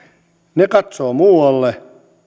ne katsovat muualle